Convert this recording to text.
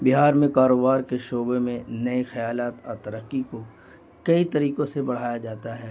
بہار میں کاروبار کے شعبے میں نئے خیالات اور ترقی کو کئی طریقوں سے بڑھایا جاتا ہے